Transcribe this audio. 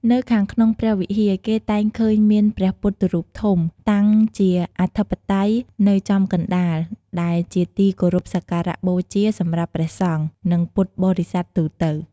នៅខាងក្នុងព្រះវិហារ គេតែងឃើញមាន ព្រះពុទ្ធរូបធំ តាំងជាអធិបតីនៅចំកណ្ដាល ដែលជាទីគោរពសក្ការៈបូជាសម្រាប់ព្រះសង្ឃ និងពុទ្ធបរិស័ទទូទៅ។